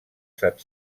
set